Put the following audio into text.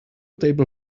table